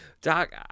doc